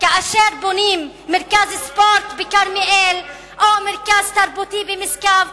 כאשר בונים מרכז ספורט בכרמיאל או מרכז תרבותי במשגב,